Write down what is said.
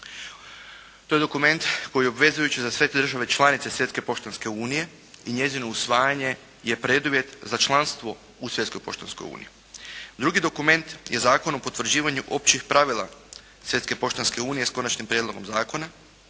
To je dokument koji je obvezujući za sve države članice Svjetske poštanske unije i njezino usvajanje je preduvjet za članstvo u Svjetskoj poštanskoj uniji. Drugi dokument je Zakon o potvrđivanju općih pravila svjetske poštanske unije s Konačnim prijedlogom zakona.